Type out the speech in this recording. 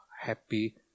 happy